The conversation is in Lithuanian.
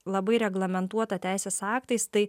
labai reglamentuota teisės aktais tai